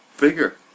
bigger